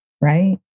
right